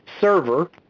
server